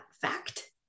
fact